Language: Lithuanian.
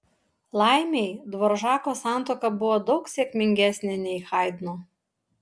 laimei dvoržako santuoka buvo daug sėkmingesnė nei haidno